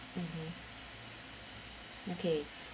mmhmm okay